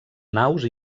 naus